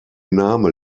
name